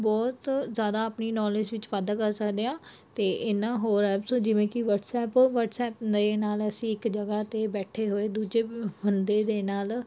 ਬਹੁਤ ਜ਼ਿਆਦਾ ਆਪਣੀ ਨੌਲੇਜ ਵਿੱਚ ਵਾਧਾ ਕਰ ਸਕਦੇ ਹਾਂ ਅਤੇ ਇਹਨਾਂ ਹੋਰ ਐਪਸ ਜਿਵੇਂ ਕਿ ਵਟਸਐਪ ਵਟਸਐਪ ਨਵੇਂ ਨਾਲ ਅਸੀਂ ਇੱਕ ਜਗ੍ਹਾ 'ਤੇ ਬੈਠੇ ਹੋਏ ਦੂਜੇ ਬੰਦੇ ਦੇ ਨਾਲ